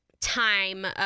time